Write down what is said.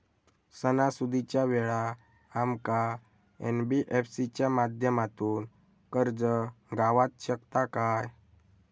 सणासुदीच्या वेळा आमका एन.बी.एफ.सी च्या माध्यमातून कर्ज गावात शकता काय?